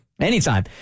Anytime